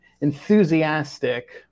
enthusiastic